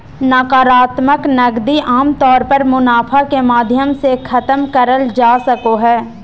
नाकरात्मक नकदी आमतौर पर मुनाफा के माध्यम से खतम करल जा सको हय